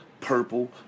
purple